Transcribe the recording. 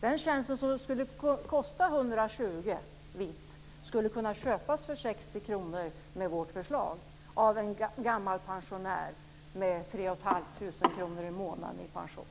Den tjänst som skulle kosta 120 kr vitt skulle enligt vårt förslag kunna köpas för 60 kr av en gammal pensionär med 3 500 kr i månaden i pension.